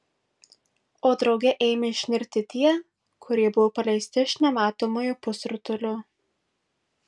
o drauge ėmė išnirti tie kurie buvo paleisti iš nematomojo pusrutulio